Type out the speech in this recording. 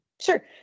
Sure